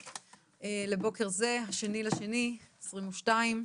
זה, ה-2.2.2022,